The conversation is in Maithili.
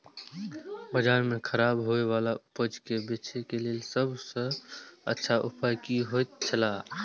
बाजार में खराब होय वाला उपज के बेचे के लेल सब सॉ अच्छा उपाय की होयत छला?